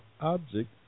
object